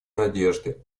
надежды